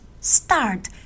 start